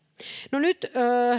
no nyt